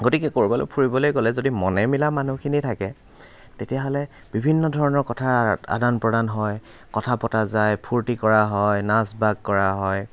গতিকে কৰবালৈ ফুৰিবলৈ গ'লে যদি মনে মিলা মানুহখিনি থাকে তেতিয়াহ'লে বিভিন্ন ধৰণৰ কথাৰ আদান প্ৰদান হয় কথা পতা যায় ফূৰ্তি কৰা হয় নাচ বাগ কৰা হয়